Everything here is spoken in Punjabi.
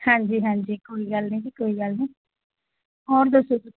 ਹਾਂਜੀ ਹਾਂਜੀ ਕੋਈ ਗੱਲ ਨਹੀਂ ਜੀ ਕੋਈ ਗੱਲ ਨਹੀਂ ਹੋਰ ਦੱਸੋ ਤੁਸੀਂ